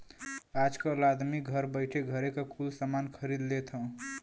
आजकल आदमी घर बइठे घरे क कुल सामान खरीद लेत हौ